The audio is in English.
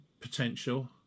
potential